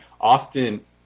often